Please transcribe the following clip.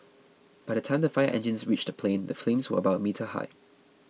by the time the fire engines reached the plane the flames were about a meter high